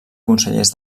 consellers